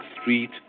street